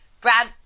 brad